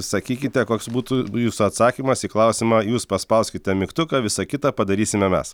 sakykite koks būtų jūsų atsakymas į klausimą jūs paspauskite mygtuką visa kita padarysime mes